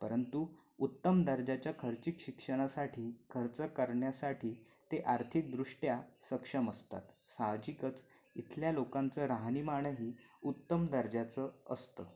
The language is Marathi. परंतु उत्तम दर्जाच्या खर्चिक शिक्षणासाठी खर्च करण्यासाठी ते आर्थिकदृष्ट्या सक्षम असतात साहजिकच इथल्या लोकांचं राहणीमानही उत्तम दर्जाचं असतं